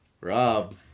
Rob